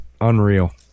unreal